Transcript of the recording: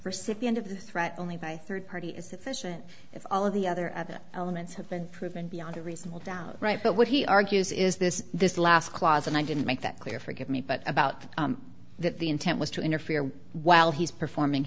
the end of the threat only by third party is sufficient if all of the other other elements have been proven beyond a reasonable doubt right but what he argues is this this last clause and i didn't make that clear forgive me but about that the intent was to interfere while he's performing